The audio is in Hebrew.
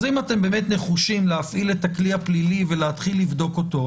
אם אתם נחושים להפעיל את הכלי הפלילי ולהתחיל לבדוק אותו,